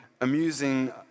amusing